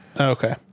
Okay